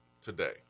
today